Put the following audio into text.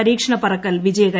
പരീക്ഷണ പറക്കൽ വിജയകരം